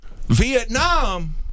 Vietnam